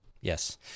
Yes